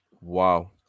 wow